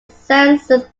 census